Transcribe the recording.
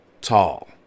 tall